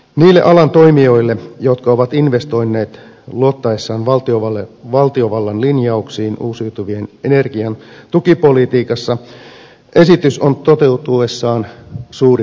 niille alan toimijoille jotka ovat investoineet luottaessaan valtiovallan linjauksiin uusiutuvan energian tukipolitiikassa esitys on toteutuessaan suuri pettymys